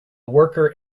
worker